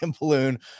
balloon